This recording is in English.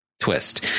twist